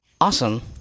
awesome